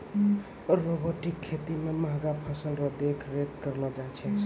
robotic खेती मे महंगा फसल रो देख रेख करलो जाय छै